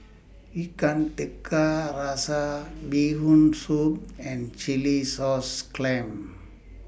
Ikan Tiga Rasa Bee Hoon Soup and Chilli Sauce Clams